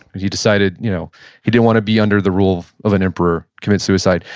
and he decided you know he didn't want to be under the rule of an emperor, committed suicide.